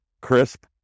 crisp